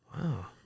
Wow